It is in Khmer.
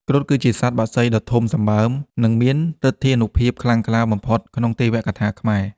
គ្រុឌ គឺជាសត្វបក្សីដ៏ធំសម្បើម និងមានឫទ្ធានុភាពខ្លាំងក្លាបំផុតក្នុងទេវកថាខ្មែរ។